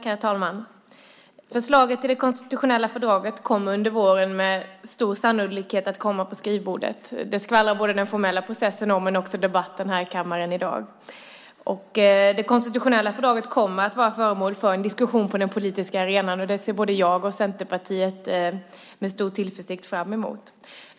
Herr talman! Förslaget till det konstitutionella fördraget kommer under våren med stor sannolikhet att komma på skrivbordet. Det skvallrar både den formella processen om men också debatten i kammaren i dag. Det konstitutionella fördraget kommer att vara föremål för en diskussion på den politiska arenan. Det ser både jag och Centerpartiet med stor tillförsikt fram emot.